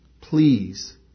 Please